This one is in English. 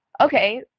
okay